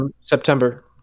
September